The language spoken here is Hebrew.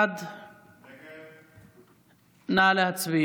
1. נא להצביע.